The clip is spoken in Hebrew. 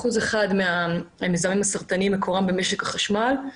אחוז אחד מהמזהמים המסרטנים מקורם במשק החשמל.